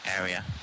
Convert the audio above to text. area